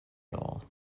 all